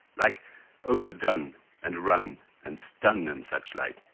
like overdone and run and stun and such like.